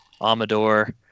Amador